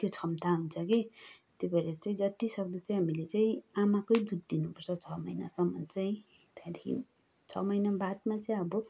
त्यो क्षमता हुन्छ क्या त्यही भएर चाहिँ जतिसक्दो चाहिँ हामीले चाहिँ आमाकै दुध दिनुपर्छ छः महिनासम्म चाहिँ त्यहाँदेखि छः महिना बादमा चाहिँ अब